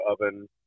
oven